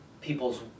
people's